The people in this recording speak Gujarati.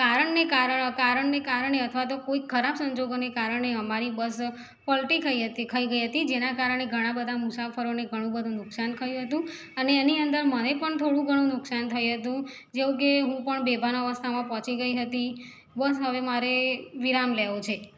કારણ ને કારણ કારણ ને કારણે અથવા તો કોઈ ખરાબ સંજોગોને કારણે અમારી બસ પલટી ખાઈ હતી ખાઈ ગઈ હતી જેના કારણે ઘણા બધા મુસાફરોને ઘણું બધું નુકસાન થયું હતું અને એની અંદર મને પણ થોડું ઘણું નુકસાન થયું હતું જેવુ કે હું પણ બેભાન અવસ્થામાં પહોંચી ગઈ હતી બસ હવે મારે વિરામ લેવો છે